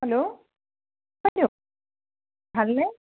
hello ভালনে